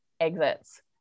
exits